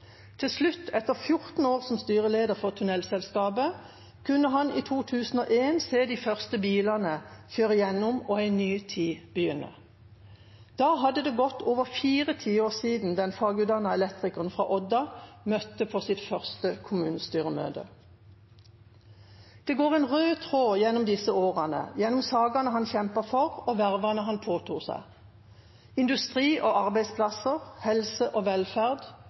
Til slutt, etter 14 år som styreleder for tunnelselskapet, kunne han i 2001 se de første bilene kjøre gjennom og en ny tid begynne. Da hadde det gått over fire tiår siden den fagutdannede elektrikeren fra Odda møtte på sitt første kommunestyremøte. Det går en rød tråd gjennom disse årene, gjennom sakene han kjempet for, og vervene han påtok seg: industri og arbeidsplasser, helse og velferd,